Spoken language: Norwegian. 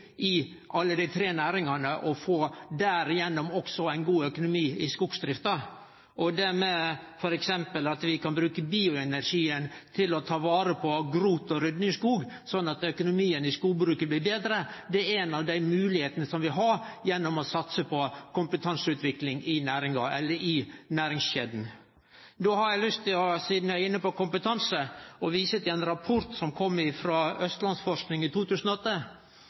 i alle dei tre næringane og dermed også få ein god økonomi i skogsdrifta. Det med at vi f.eks. kan bruke bioenergien til å ta vare på grot og rydde skog, sånn at økonomien i skogbruket blir betre, er ei av dei moglegheitene som vi har gjennom å satse på kompetanseutvikling i næringskjeda. Sidan eg er inne på kompetanse, har eg lyst til å vise til ein rapport som kom frå Østlandsforskning i 2009. I den rapporten er